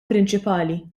prinċipali